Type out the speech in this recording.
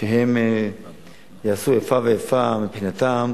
שהם יעשו איפה ואיפה מבחינתם.